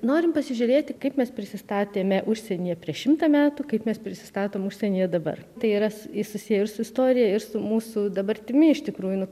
norim pasižiūrėti kaip mes prisistatėme užsienyje prieš šimtą metų kaip mes prisistatom užsienyje dabar tai yra susiję ir su istorija ir su mūsų dabartimi iš tikrųjų